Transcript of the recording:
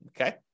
Okay